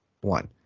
one